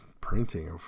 printing